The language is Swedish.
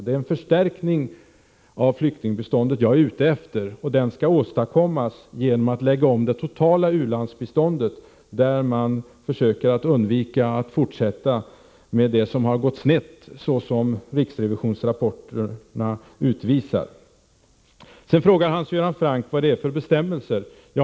Det är också en sådan förstärkning som jag är ute efter. Denna skall åstadkommas genom en omläggning av det totala u-landsbiståndet, varvid man försöker att undvika att fortsätta med det som enligt vad rapporterna från riksrevisionsverket utvisar har gått snett. Hans Göran Franck frågar vilka bestämmelser som avses.